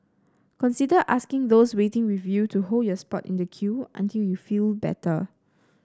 consider asking those waiting with you to hold your spot in the queue until you feel better